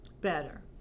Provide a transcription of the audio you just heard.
better